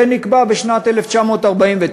זה נקבע בשנת 1949,